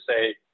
say